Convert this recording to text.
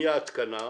מההתקנה,